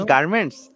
Garments